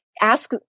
ask